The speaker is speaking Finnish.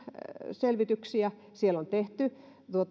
selvityksiä siellä on tehty